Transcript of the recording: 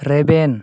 ᱨᱮᱵᱮᱱ